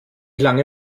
lange